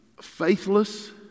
faithless